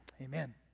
Amen